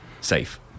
safe